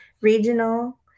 regional